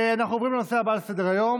אנחנו עוברים לנושא הבא על סדר-היום,